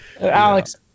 Alex